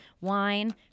wine